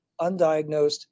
undiagnosed